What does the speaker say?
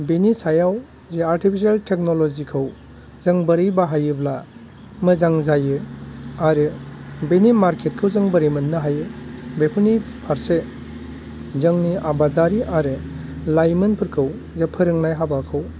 बिनि सायाव जे आर्टिफिसियेल टेकनलजिखौ जों बोरै बाहायोब्ला मोजां जायो आरो बिनि मारकेटखौ जों बोरै मोननो हायो बेफोरनि फारसे जोंनि आबादारि आरो लाइमोनफोरखौ जे फोरोंनाय हाबाफोरखौ